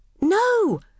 No